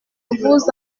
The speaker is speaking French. vous